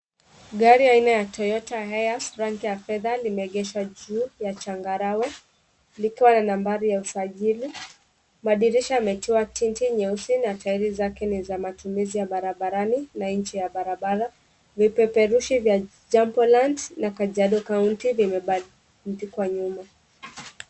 Gari aina ya Toyota Hiace, rangi ya fedha, limeegeshwa juu ya changarawe. Liko na nambari ya usajili. Madirisha yamechua tinti nyeusi na taili zake ni za matumizi ya barabarani, na nchi ya barabara. Vipeperushi vya jubaland na kajado kaunti vimebadilika nyuma.